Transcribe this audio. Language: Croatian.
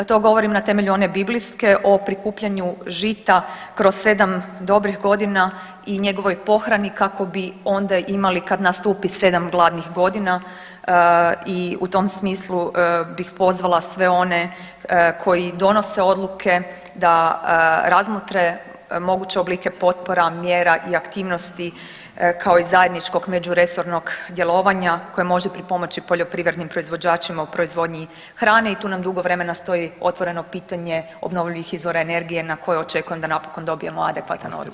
To govorim na temelju one biblijske o prikupljanju žita kroz sedam dobrih godina i njegovoj pohrani kako bi onda imali kad nastupi sedam gladnih godina i u tom smislu bih pozvala sve one koji donose odluke da razmotre moguće oblike potpora, mjera i aktivnosti kao i zajedničkog međuresornog djelovanja koje može pripomoći poljoprivrednim proizvođačima u proizvodnji hrane i tu nam dugo vremena stoji otvoreno pitanje obnovljivih izvora energije na koje očekujem da napokon dobijemo adekvatan odgovor.